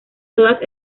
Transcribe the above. todas